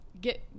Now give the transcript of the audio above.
get